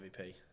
MVP